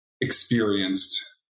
experienced